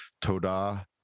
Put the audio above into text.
Toda